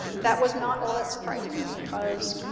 that was not all that surprising, because,